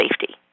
safety